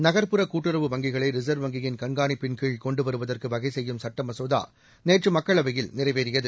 நகர்ப்புற கூட்டுறவு வங்கிகளை ரிசர்வ் வங்கியின் கண்காணிப்பின்கீழ் கொண்டு வருவதற்கு வகை செய்யும் சட்ட மசோதா நேற்று மக்களவையில் நிறைவேறியது